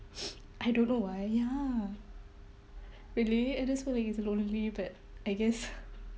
I don't know why ya really I just feel like it's lonely but I guess